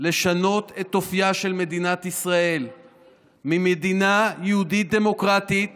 לשנות את אופייה של מדינת ישראל ממדינה יהודית דמוקרטית